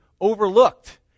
overlooked